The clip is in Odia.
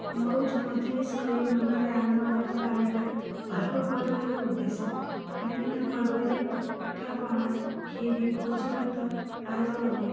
ମୌଜମଜଲିସ୍ କରି ମନରେ ଆନନ୍ଦଭାବ ଆଣିବା ପର୍ବପର୍ବାଣିର ଉଦ୍ଦେଶ୍ୟ ବିଭିନ୍ନ ପର୍ବରେ ପିଠାପଣା ଖିରି ଭୋଜିଭାତ ଆୟୋଜନ ହୁଏ